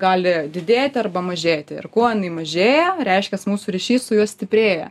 gali didėti arba mažėti ir kuo jinai mažėja reiškias mūsų ryšys su juo stiprėja